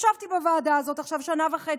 ישבתי בוועדה הזאת עכשיו שנה וחצי.